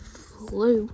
flu